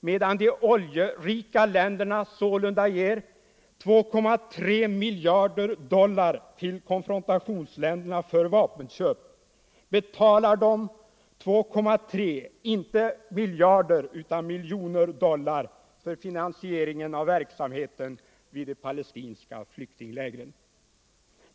Medan de oljerika länderna sålunda ger 2,3 miljarder dollar till konfrontationsländerna för vapenköp betalar de 2,3 miljoner dollar — inte miljarder — för finansiering av verksamheten vid de palestinska flyktinglägren.